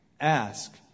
Ask